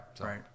right